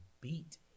beat